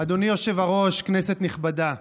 אדוני היושב-ראש, כנסת נכבדה,